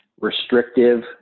restrictive